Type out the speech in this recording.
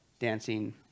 dancing